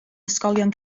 ysgolion